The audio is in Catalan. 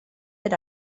per